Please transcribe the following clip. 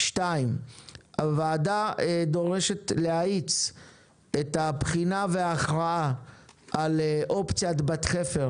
הוועדה דורשת להאיץ את הבחינה ואת ההכרעה של אופציית בת חפר